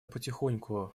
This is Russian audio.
потихоньку